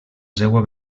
seua